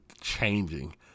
changing